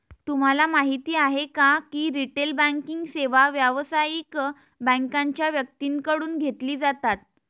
तुम्हाला माहिती आहे का की रिटेल बँकिंग सेवा व्यावसायिक बँकांच्या व्यक्तींकडून घेतली जातात